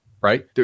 right